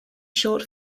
short